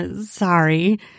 Sorry